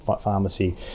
Pharmacy